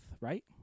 right